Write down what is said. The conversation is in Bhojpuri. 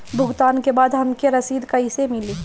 भुगतान के बाद हमके रसीद कईसे मिली?